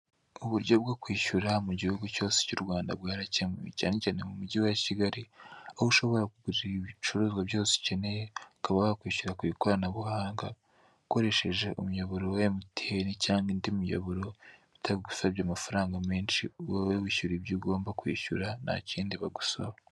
Uburyo bwo kwishyura mu gihugu cyose cy'u Rwanda byarakemuwe cyane cyane mu mujyi wa Kigali aho ushobora kugurira ibicuruzwa byose ukeneye ukaba wakwishyura ku ikoranabuhanga ukoresheje umuyobora wa MTN cyangwa indi miyoboro bitagusabye amafaranga menshi wowe wishyura ibyo kwishyura nta kindi bagusaba.